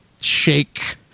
shake